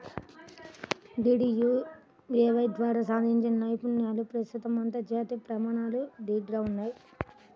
DDUAY ద్వారా సాధించిన నైపుణ్యాలు ప్రస్తుతం అంతర్జాతీయ ప్రమాణాలకు దీటుగా ఉన్నయ్